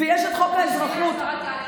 בשבילך,